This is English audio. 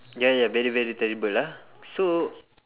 ya ya very very terrible ah so